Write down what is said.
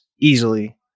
easily